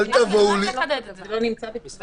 אני צריך לציין עוד משהו,